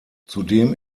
zudem